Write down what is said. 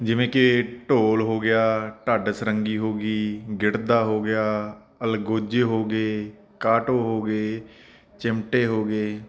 ਜਿਵੇਂ ਕਿ ਢੋਲ ਹੋ ਗਿਆ ਢੱਡ ਸਰੰਗੀ ਹੋ ਗਈ ਗਿੜਦਾ ਹੋ ਗਿਆ ਅਲਗੋਜ਼ੇ ਹੋ ਗਏ ਕਾਟੋ ਹੋ ਗਏ ਚਿਮਟੇ ਹੋ ਗਏ